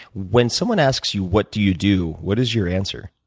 when someone asks you what do you do, what is your answer?